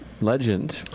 Legend